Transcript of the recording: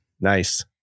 Nice